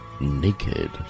naked